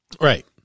Right